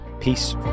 peace